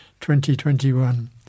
2021